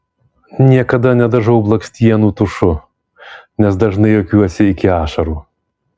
niekada nedažau blakstienų tušu nes dažnai juokiuosi iki ašarų